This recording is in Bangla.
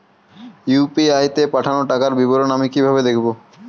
ইউ.পি.আই তে পাঠানো টাকার বিবরণ আমি কিভাবে দেখবো?